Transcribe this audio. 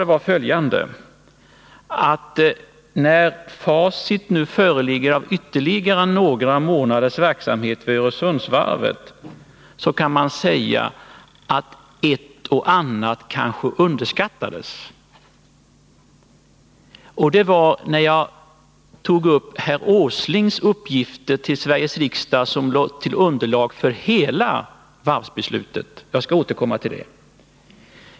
Det jag sade var följande: När facit nu föreligger efter ytterligare några månaders verksamhet vid Öresundsvarvet, så kan man säga att ett och annat kanske underskattades. Vad jag då avsåg var herr Åslings uppgifter till Sveriges riksdag, de som låg som underlag för hela varvsbeslutet. — Jag skall återkomma till det.